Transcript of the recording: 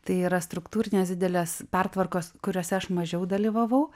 tai yra struktūrinės didelės pertvarkos kuriose aš mažiau dalyvavau